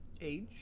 age